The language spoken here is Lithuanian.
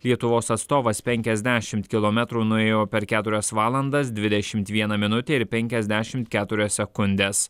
lietuvos atstovas penkiasdešimt kilometrų nuėjo per keturias valandas dvidešimt vieną minutę ir penkiasdešimt keturias sekundes